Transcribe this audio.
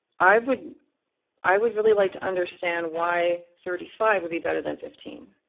i would i would really like to understand why thirty five would be better than fifteen.